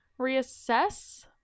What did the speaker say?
Reassess